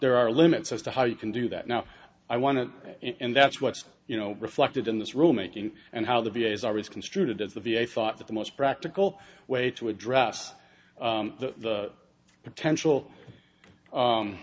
there are limits as to how you can do that now i want to and that's what's you know reflected in this room making and how the v a is always construed as the v a i thought that the most practical way to address the potential